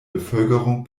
bevölkerung